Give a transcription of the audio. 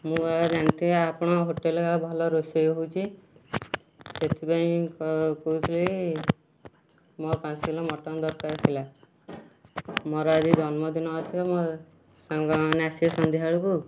ମୁଁ ବା ଜାଣିଛି ଆପଣଙ୍କ ହୋଟେଲରେ ଭଲ ରୋଷେଇ ହେଉଛି ସେଥିପାଇଁ କହୁଥିଲି ମୋର ପାଞ୍ଚ କିଲୋ ମଟନ୍ ଦରକାର ଥିଲା ମୋର ଆଜି ଜନ୍ମ ଦିନ ଅଛି ମୋ ସାଙ୍ଗମାନେ ଆସିବେ ସନ୍ଧ୍ୟାବେଳକୁ